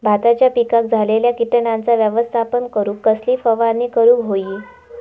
भाताच्या पिकांक झालेल्या किटकांचा व्यवस्थापन करूक कसली फवारणी करूक होई?